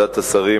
כבוד השר,